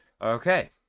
Okay